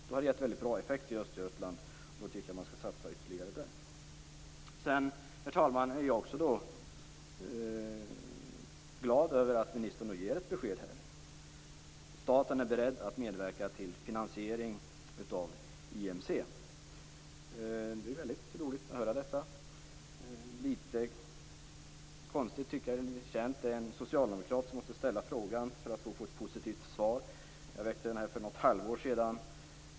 Det har gett bra effekt i Östergötland, och jag tycker att det vore bra att satsa ytterligare där. Herr talman! Jag är glad att ministern ger ett besked här. Staten är beredd att medverka till finansiering av IMC. Det är roligt att höra detta. Det känns litet konstigt att en socialdemokrat måste ställa frågan för att få ett positivt svar. Jag väckte en interpellation för ett halvår sedan.